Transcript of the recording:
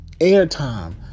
airtime